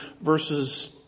verses